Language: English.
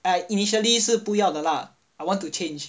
I initially 是不要的 lah I want to change